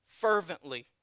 fervently